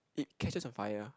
it catches on fire